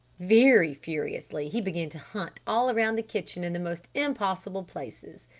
very furiously he began to hunt all around the kitchen in the most impossible places.